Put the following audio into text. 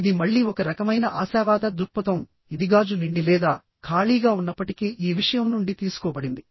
ఇది మళ్ళీ ఒక రకమైన ఆశావాద దృక్పథం ఇది గాజు నిండి లేదా ఖాళీగా ఉన్నప్పటికీ ఈ విషయం నుండి తీసుకోబడింది